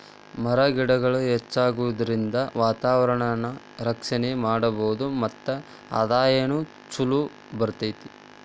ಮರ ಗಿಡಗಳ ಹೆಚ್ಚಾಗುದರಿಂದ ವಾತಾವರಣಾನ ರಕ್ಷಣೆ ಮಾಡಬಹುದು ಮತ್ತ ಆದಾಯಾನು ಚುಲೊ ಬರತತಿ